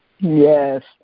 Yes